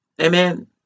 Amen